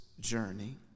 Journey